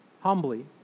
Humbly